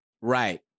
Right